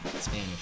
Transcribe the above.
Spanish